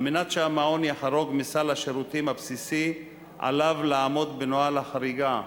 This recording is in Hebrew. על מנת שהמעון יחרוג מסל השירותים הבסיסי עליו לעמוד בנוהל החריגה,